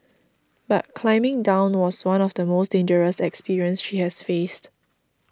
but climbing down was one of the most dangerous experience she has faced